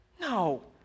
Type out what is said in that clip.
No